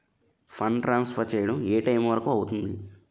Fund transfer చేయడం ఏ time వరుకు అవుతుంది?